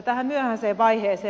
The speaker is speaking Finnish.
tähän myöhäiseen vaiheeseen